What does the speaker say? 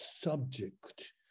subject